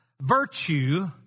virtue